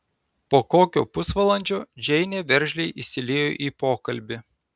po kokio pusvalandžio džeinė veržliai įsiliejo į pokalbį